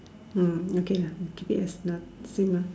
orh okay lah keep it as same lah